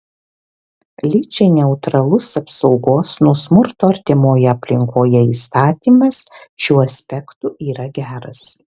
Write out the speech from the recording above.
lyčiai neutralus apsaugos nuo smurto artimoje aplinkoje įstatymas šiuo aspektu yra geras